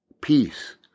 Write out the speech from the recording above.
Peace